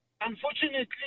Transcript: unfortunately